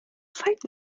feind